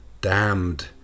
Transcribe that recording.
damned